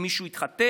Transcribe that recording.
אם מישהו התחתן,